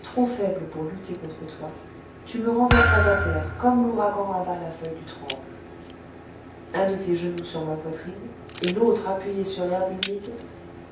trop faible pour lutter contre toi tu me renversas à terre comme l'ouragan abat la feuille du tremble un de tes genoux sur ma poitrine et l'autre appuyé sur l'herbe humide